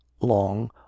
long